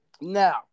Now